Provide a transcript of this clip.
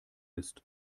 ist